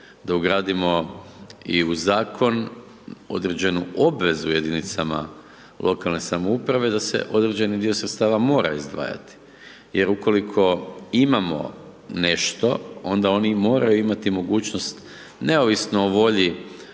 da ugradimo i u zakon, određenu obvezu jedinicama lokalne samouprave, da se određeni dio sredstava mora izdvajati. Jer ukoliko imamo nešto, onda oni moraju imati mogućnost, neovisno o volji